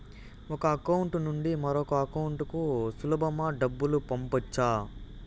ఒక అకౌంట్ నుండి మరొక అకౌంట్ కు సులభమా డబ్బులు పంపొచ్చా